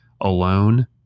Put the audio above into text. alone